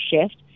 shift